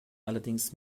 allerdings